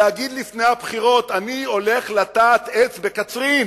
להגיד לפני הבחירות: אני הולך לטעת עץ בקצרין,